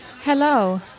Hello